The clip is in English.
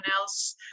else